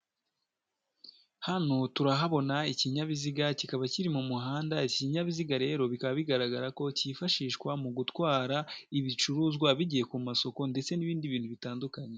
Hano turahabona ikinyabiziga kikaba kiri mu muhanda. Iki kinyabiziga rero bikaba bigaragara ko cyifashishwa mu gutwara ibicuruzwa bigiye ku masoko, ndetse n'ibindi bintu bitandukanye.